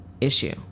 issue